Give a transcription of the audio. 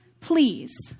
please